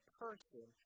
person